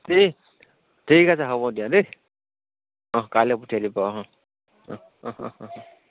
ঠিক ঠিক আছে হ'ব দিয়া দেই অঁ কাইলৈ পঠিয়াই দিবা অঁ অঁ অঁ অঁ অঁ অঁ